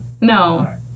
no